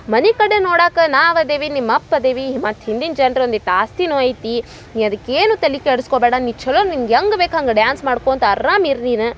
ಮನೆ ಕಡೆ ನೋಡಾಕೆ ನಾವು ಅದೇವಿ ನಿಮ್ಮ ಅಪ್ಪ ಅದೇವಿ ಮತ್ತೆ ಹಿಂದಿನ ಜನ್ರ ಒಂದಿಟ್ಟು ಆಸ್ತಿನು ಐತೀ ನೀ ಅದಕ್ಕೆ ಏನು ತಲಿ ಕೆಡಸ್ಕೊಬ್ಯಾಡ ನೀ ಛಲೋನ ನಿಂಗೆ ಹೆಂಗ್ ಬೇಕು ಹಾಗ ಡ್ಯಾನ್ಸ್ ಮಾಡ್ಕೊಳ್ತಾ ಆರ್ರಾಮ್ ಇರು ನೀನು